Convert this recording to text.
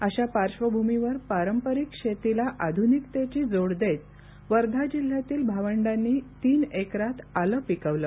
अशा पार्श्वभूमीवर पारंपरिक शेतीला आध्निकतेची जोड देत वर्धा जिल्ह्यातील भावंडांनी तीन एकरात आलं पिकवलं